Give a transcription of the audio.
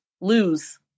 lose